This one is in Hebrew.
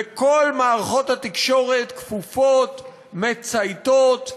וכל מערכות התקשורת כפופות, מצייתות,